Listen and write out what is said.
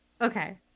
okay